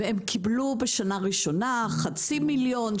הם קיבלו בשנה הראשונה חצי מיליון.